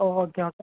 okay okay